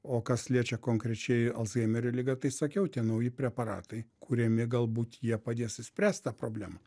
o kas liečia konkrečiai alzhaimerio ligą tai sakiau tie nauji preparatai kuriami galbūt jie padės išspręst tą problemą